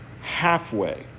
halfway